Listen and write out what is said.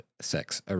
sex